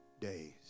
days